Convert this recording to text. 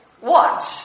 watch